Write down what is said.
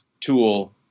tool